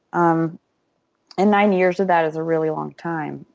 um and nine years of that is a really long time.